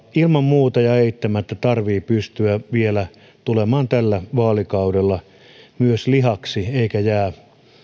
ilman muuta ja eittämättä tarvitsee pystyä tulemaan vielä tällä vaalikaudella myös lihaksi ei jää